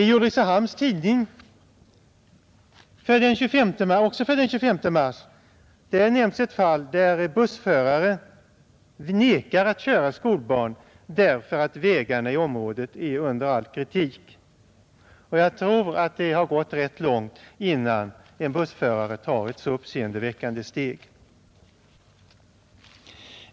I Ulricehamns Tidning den 25 mars nämns ett fall där en bussförare nekar att köra skolbarn därför att vägarna i området är under all kritik. Jag tror att det har gått rätt långt när en bussförare tar ett så uppseendeväckande steg.